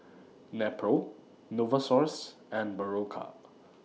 Nepro Novosource and Berocca